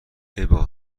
ابا